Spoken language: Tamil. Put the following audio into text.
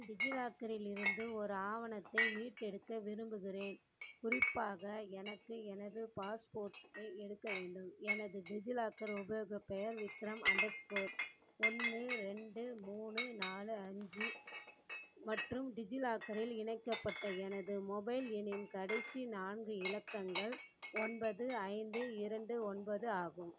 நான் டிஜிலாக்கரில் இருந்து ஒரு ஆவணத்தை மீட்டெடுக்க விரும்புகிறேன் குறிப்பாக எனக்கு எனது பாஸ்போர்ட்டை எடுக்க வேண்டும் எனது டிஜிலாக்கர் உபயோகப் பெயர் விக்ரம் அண்டர்ஸ்க்கோர் ஒன்று ரெண்டு மூணு நாலு அஞ்சு மற்றும் டிஜிலாக்கரில் இணைக்கப்பட்ட எனது மொபைல் எண்ணின் கடைசி நான்கு இலக்கங்கள் ஒன்பது ஐந்து இரண்டு ஒன்பது ஆகும்